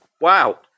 wow